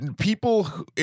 people